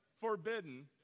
forbidden